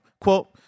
Quote